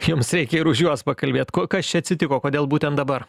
jums reikia ir už juos pakalbėt ko kas čia atsitiko kodėl būtent dabar